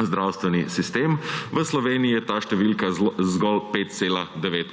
zdravstveni sistem, v Sloveniji je ta številka zgolj 5,9 %.